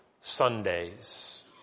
Sundays